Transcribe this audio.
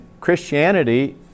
Christianity